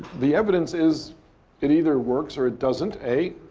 the evidence is it either works or it doesn't, a.